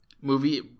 Movie